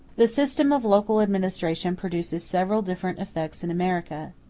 the system of local administration produces several different effects in america.